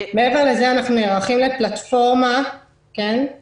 מעבר לזה, אנחנו נערכים לפלטפורמה -- יש לי